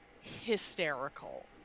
hysterical